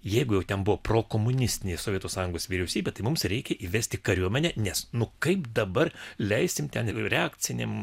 jeigu jau ten buvo prokomunistinė sovietų sąjungos vyriausybė tai mums reikia įvesti kariuomenę nes nu kaip dabar leisim ten reakciniam